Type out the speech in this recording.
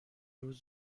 روز